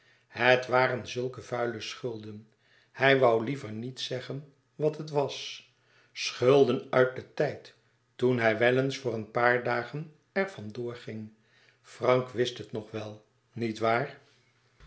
het waren zulke vuile schulden hij wou liever niet zeggen wat het was schulden uit den tijd toen hij wel eens voor een paar dagen er van door ging frank wist het nog wel